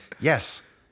Yes